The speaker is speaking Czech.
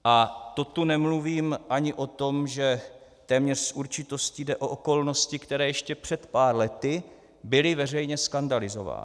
A to tu nemluvím ani o tom, že téměř s určitostí jde o okolnosti, které ještě před pár lety byly veřejně skandalizovány.